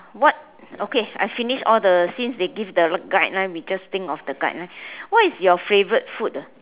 what okay I finish all the since they give the guideline we just think of the guideline what is your favourite food